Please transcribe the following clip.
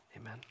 amen